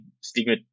stigma